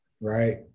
right